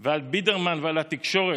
על ליברמן ועל בידרמן ועל התקשורת